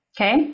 Okay